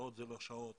שעות הן לא שעות,